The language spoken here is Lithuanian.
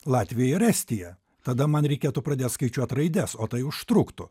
latvija ir estija tada man reikėtų pradėt skaičiuoti raides o tai užtruktų